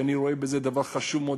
שאני רואה בהם דבר חשוב מאוד.